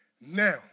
Now